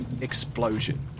explosion